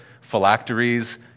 phylacteries